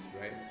Right